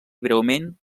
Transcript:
breument